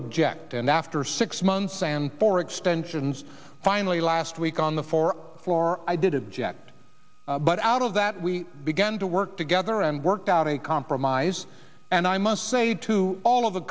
object and after six months and four extensions finally last week on the four floor i did object but out of that we began to work together and worked out a compromise and i must say to all of